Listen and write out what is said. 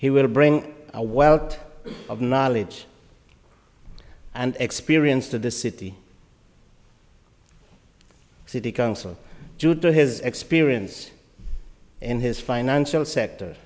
he will bring a wealth of knowledge and experience to the city city council due to his experience in his financial sector